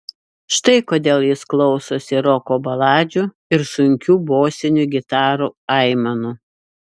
štai kodėl jis klausosi roko baladžių ir sunkių bosinių gitarų aimanų